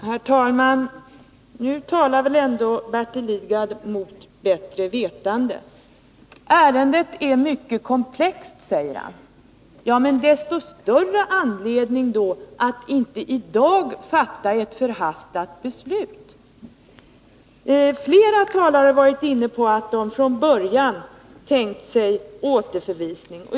Herr talman! Nu talar väl ändå Bertil Lidgard mot bättre vetande. Ärendet är mycket komplext, säger han. Ja, men desto större anledning då att inte i dag fatta ett förhastat beslut! Flera talare har varit inne på att de från början tänkt sig en återförvisning.